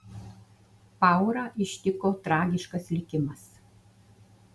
paurą ištiko tragiškas likimas